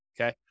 okay